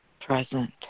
present